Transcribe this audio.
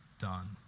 done